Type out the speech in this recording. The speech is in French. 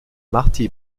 marty